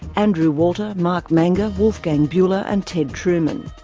andrew walter, mark manger, wolfgang buehler and ted truman.